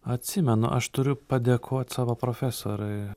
atsimenu aš turiu padėkot savo profesorei